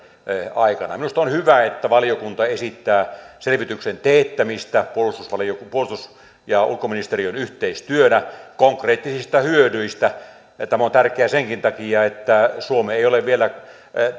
aikana minusta on hyvä että valiokunta esittää selvityksen teettämistä puolustus ja ulkoministeriön yhteistyönä konkreettisista hyödyistä tämä on tärkeää senkin takia että suomi ei ole vielä